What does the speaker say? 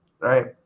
right